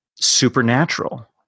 supernatural